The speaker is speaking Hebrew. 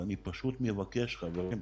ואני פשוט מבקש: חברים,